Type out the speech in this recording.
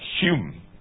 Hume